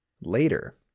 later